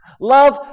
love